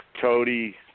Cody